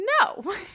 no